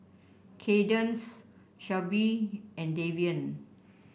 Kadence Shelby and Davian